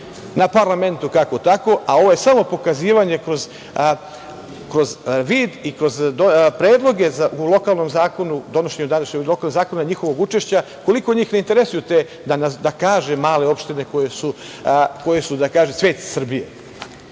Na parlamentu kako tako, a ovo je samo pokazivanje kroz predloge u lokalnom zakonu, donošenju današnjeg zakona njihovog učešća, koliko njih ne interesuju da kažem male opštine koje su svet Srbije. Dva